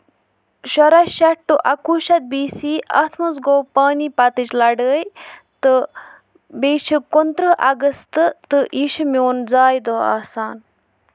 شُراہ شیٚتھ ٹوٚ اَکہٕ وُہ شیٚتھ بی سی اَتھ منٛز گوٚو پانی پتٕچ لڑٲے تہٕ بیٚیہِ چھُ کُنہٕ ترٕٛہ اَگست تہٕ یہِ چھُ میون زایہِ دوہ آسان